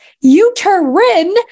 Uterine